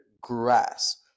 grass